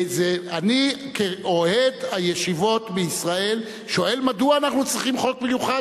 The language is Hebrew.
אני כאוהד הישיבות בישראל שואל מדוע אנחנו צריכים חוק מיוחד.